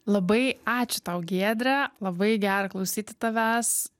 labai ačiū tau giedre labai gera klausyti tavęs